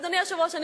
אדוני היושב-ראש,